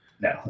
No